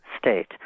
state